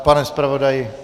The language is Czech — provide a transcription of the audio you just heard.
Pane zpravodaji.